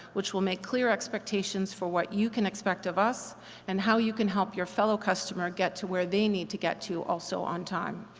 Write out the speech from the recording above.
which will make clear expectations for what you can expect of us and how you can help your fellow customer get to where they need to get to, also on time.